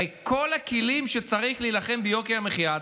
הרי את כל הכלים שצריך כדי להילחם ביוקר המחיה,